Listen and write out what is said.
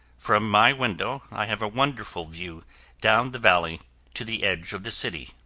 from my window, i have a wonderful view down the valley to the edge of the city.